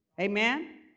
Amen